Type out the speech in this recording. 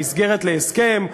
המסגרת להסכם,